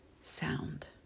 sound